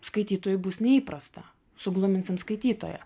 skaitytojui bus neįprasta sugluminsim skaitytoją